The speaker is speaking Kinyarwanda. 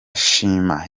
shima